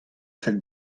fell